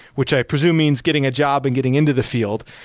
which i presume means getting a job and getting into the field.